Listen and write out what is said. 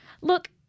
look